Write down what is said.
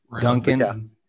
Duncan